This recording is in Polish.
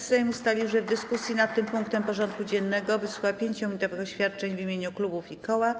Sejm ustalił, że w dyskusji nad tym punktem porządku dziennego wysłucha 5-minutowych oświadczeń w mieniu klubów i koła.